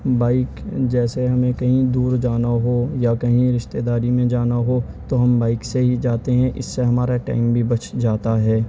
bike جیسے ہمیں کہیں دور جانا ہو یا کہیں رشتے داری میں جانا ہو تو ہم بائک سے ہی جاتے ہیں اس سے ہمارا ٹائم بھی بچ جاتا ہے